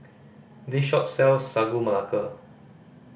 this shop sells Sagu Melaka